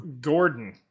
Gordon